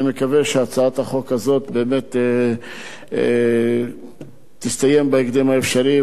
אני מקווה שהצעת החוק הזאת באמת תסתיים בהקדם האפשרי.